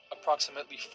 Approximately